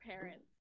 parents